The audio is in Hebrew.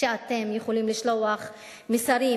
שאתם יכולים לשלוח מסרים,